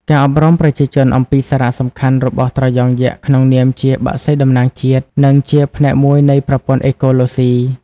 ការអប់រំប្រជាជនអំពីសារៈសំខាន់របស់ត្រយងយក្សក្នុងនាមជា បក្សីតំណាងជាតិ និងជាផ្នែកមួយនៃប្រព័ន្ធអេកូឡូស៊ី។